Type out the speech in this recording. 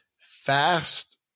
fast